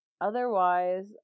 Otherwise